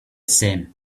same